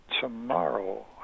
tomorrow